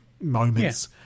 moments